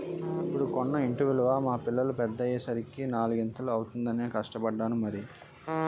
ఇప్పుడు కొన్న ఇంటి విలువ మా పిల్లలు పెద్దయ్యే సరికి నాలిగింతలు అవుతుందనే కష్టపడ్డాను మరి